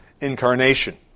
incarnation